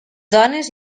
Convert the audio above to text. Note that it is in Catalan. dones